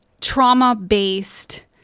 trauma-based